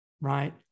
Right